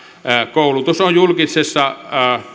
koulutus on julkisessa